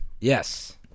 Yes